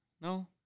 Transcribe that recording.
No